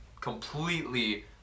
completely